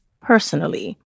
personally